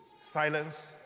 Silence